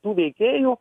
tų veikėjų